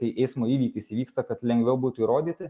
kai eismo įvykis įvyksta kad lengviau būtų įrodyti